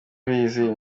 abizi